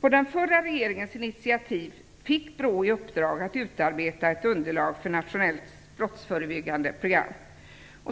På den förra regeringens initiativ fick BRÅ i uppdrag att utarbeta ett underlag för ett nationellt brottsförebyggande program.